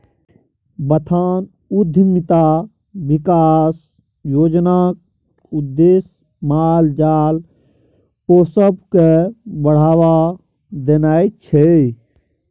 बथान उद्यमिता बिकास योजनाक उद्देश्य माल जाल पोसब केँ बढ़ाबा देनाइ छै